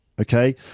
Okay